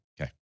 Okay